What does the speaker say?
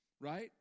right